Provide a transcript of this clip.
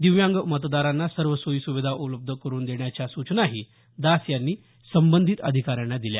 दिव्यांग मतदारांना सर्व सोयी सुविधा उपलब्ध करून देण्याच्या सूचनाही दास यांनी संबंधित अधिकाऱ्यांना दिल्या